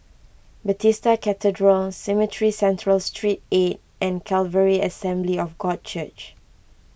Bethesda Cathedral Cemetry Central Street eight and Calvary Assembly of God Church